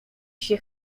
się